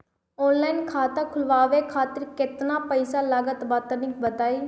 Online खाता खूलवावे खातिर केतना पईसा लागत बा तनि बताईं?